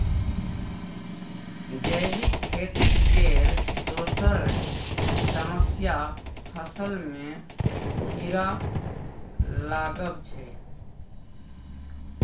जैबिक खेती केर दोसर समस्या फसल मे कीरा लागब छै